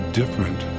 different